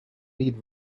lead